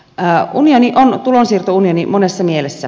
unioni on tulonsiirtounioni monessa mielessä